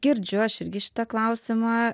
girdžiu aš irgi šitą klausimą